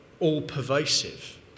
all-pervasive